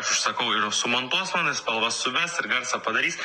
aš užsakau ir sumontuos man ir spalvas suves ir garsą padarys